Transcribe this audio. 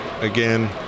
again